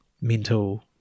mental